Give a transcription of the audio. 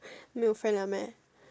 没有 friend liao meh